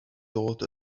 dod